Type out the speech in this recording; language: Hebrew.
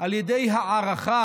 על ידי הערכה,